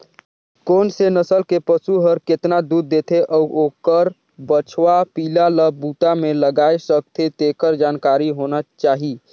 कोन से नसल के पसु हर केतना दूद देथे अउ ओखर बछवा पिला ल बूता में लगाय सकथें, तेखर जानकारी होना चाही